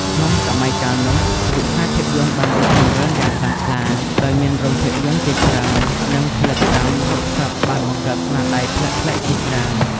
ក្នុងសម័យកាលនោះ វិស័យភាពយន្តបានរីកចម្រើនយ៉ាងខ្លាំងក្លា ដោយមានរោងភាពយន្តជាច្រើន និងផលិតកម្មរាប់សិបបានបង្កើតស្នាដៃប្លែកៗជាច្រើន។